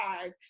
five